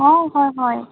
অঁ হয় হয়